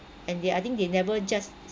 and they I think they never just